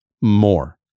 more